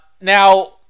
Now